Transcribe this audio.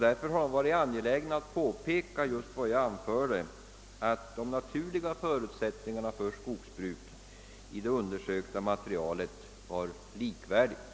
Därför har jag varit angelägen att framhålla att de naturliga förutsättningarna för skogsbruket i det undersökta materialet var likvärdiga.